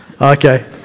Okay